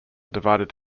divided